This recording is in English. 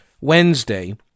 Wednesday